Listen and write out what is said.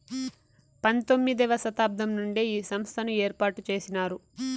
పంతొమ్మిది వ శతాబ్దం నుండే ఈ సంస్థను ఏర్పాటు చేసినారు